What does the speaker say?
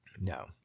no